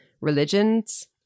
religions